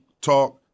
talk